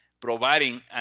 providing